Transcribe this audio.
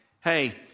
hey